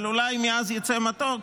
אבל אולי מעז יצא מתוק,